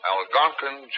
Algonquin